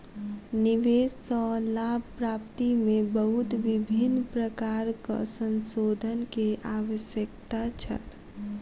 निवेश सॅ लाभ प्राप्ति में बहुत विभिन्न प्रकारक संशोधन के आवश्यकता छल